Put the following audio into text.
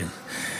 כן.